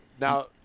now